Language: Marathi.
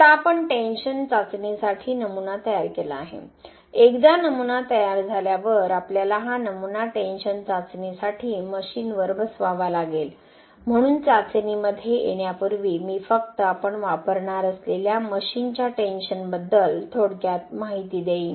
आता आपण टेंशनचाचणीसाठी नमुना तयार केला आहे एकदा नमुना तयार झाल्यावर आपल्याला हा नमुना टेंशन चाचणीसाठी मशीनवर बसवावा लागेल म्हणून चाचणीमध्ये येण्यापूर्वी मी फक्त आपण वापरणार असलेल्या मशीनच्या टेंशनबद्दल थोडक्यात माहिती देईन